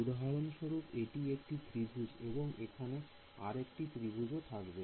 উদাহরণস্বরূপ এটি একটি ত্রিভুজ এবং সেখানে আর একটি ত্রিভুজ ও থাকবে